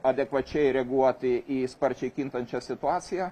adekvačiai reaguoti į sparčiai kintančią situaciją